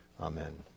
Amen